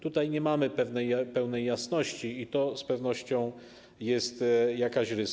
Tutaj nie mamy pełnej jasności i to z pewnością jest jakaś rysa.